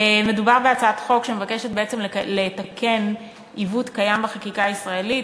מדובר בהצעת חוק שמבקשת בעצם לתקן עיוות קיים בחקיקה הישראלית,